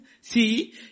See